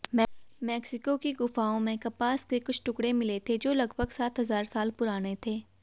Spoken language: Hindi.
मेक्सिको की गुफाओं में कपास के कुछ टुकड़े मिले थे जो लगभग सात हजार साल पुराने थे